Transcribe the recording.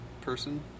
person